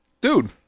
dude